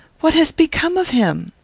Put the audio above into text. what has become of him?